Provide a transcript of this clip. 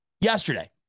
Yesterday